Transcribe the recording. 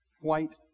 White